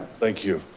thank you.